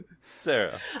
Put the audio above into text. Sarah